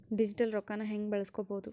Digital ರೊಕ್ಕನ ಹ್ಯೆಂಗ ಬಳಸ್ಕೊಬೊದು?